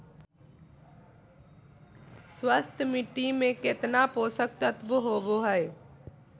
स्वस्थ मिट्टी में केतना पोषक तत्त्व होबो हइ?